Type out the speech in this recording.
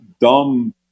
dumb